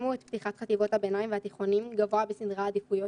שתשימו את פתיחת חטיבות הביניים והתיכונים גבוה בסדרי העדיפויות